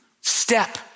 step